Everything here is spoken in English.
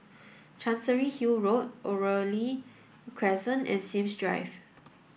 Chancery Hill Road Oriole Crescent and Sims Drive